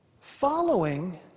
Following